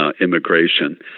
immigration